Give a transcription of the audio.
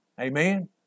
Amen